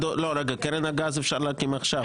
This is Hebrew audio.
קרן הגז אפשר להקים עכשיו.